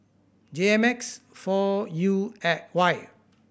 J M X four U Y